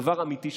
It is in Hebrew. דבר אמיתי,